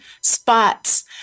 spots